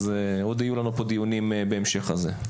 ועוד יהיו לנו פה דיונים בהמשך לזה.